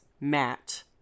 Matt